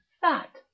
fat